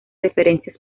referencias